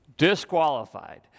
disqualified